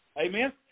Amen